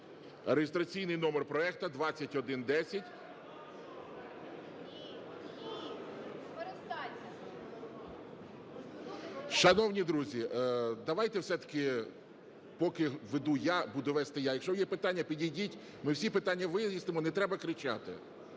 (реєстраційний номер проекту 2110) ( Шум у залі) Шановні друзі, давайте все-таки, поки веду я, буду вести я. Якщо є питання, підійдіть. Ми всі питання вияснимо, не треба кричати.